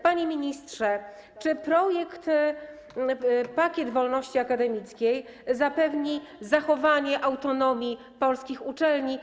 Panie ministrze, czy projekt pakiet wolności akademickiej zapewni zachowanie autonomii polskich uczelni?